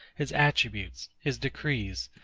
his attributes, his decrees,